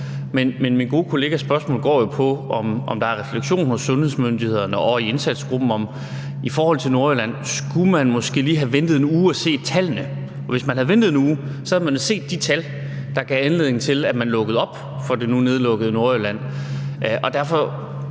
Men min gode kollegas spørgsmål går jo på, om der er refleksion hos sundhedsmyndighederne og i indsatsgruppen, og skulle man i forhold til Nordjylland måske lige have ventet en uge og set tallene. Hvis man havde ventet en uge, havde man set de tal, der gav anledning til, at man lukkede op for det nu nedlukkede